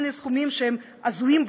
אני שר הפנים,